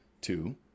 two